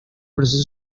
proceso